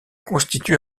constitue